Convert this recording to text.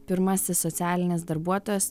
pirmasis socialinis darbuotojas